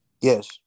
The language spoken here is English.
yes